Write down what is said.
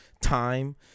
time